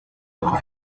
votre